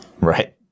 Right